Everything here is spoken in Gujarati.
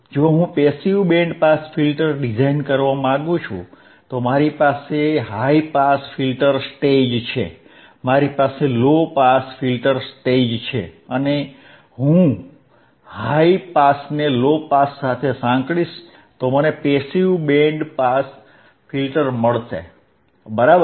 જો હું passive band pass filter design કરવા માંગુ છું તો મારી પાસે હાઇ પાસ ફિલ્ટર સ્ટેજ છે મારી પાસે લો પાસ ફિલ્ટર સ્ટેજ છે અને જો હું હાઇ પાસને લો પાસ સાથે સાંકળીશ તો મને પેસીવ બેન્ડ પાસ ફિલ્ટર મળશે બરાબર